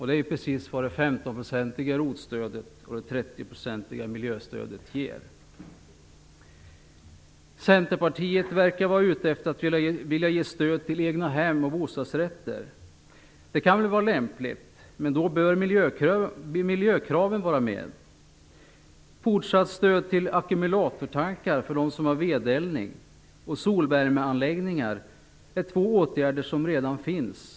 Det är precis vad det 15-procentiga Centerpartiet verkar vara ute efter att vilja ge stöd till egnahem och bostadsrätter. Det kan vara lämpligt, men då bör miljökraven vara med. Stöd till ackumulatortankar - för dem som har vedeldning - och solvärmeanläggningar är två åtgärder som redan finns.